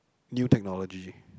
new technology